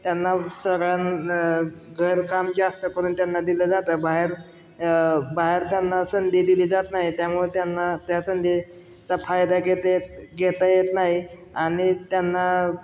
त्यांना सगळ्यांना घर काम जास्त करून त्यांना दिलं जातं बाहेर बाहेर त्यांना संधी दिली जात नाही त्यामुळे त्यांना त्या संधीचा फायदा घेता येत घेता येत नाही आणि त्यांना